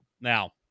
Now